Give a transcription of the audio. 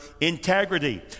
integrity